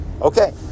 okay